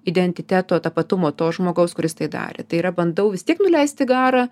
identiteto tapatumo to žmogaus kuris tai darė tai yra bandau vis tiek nuleisti garą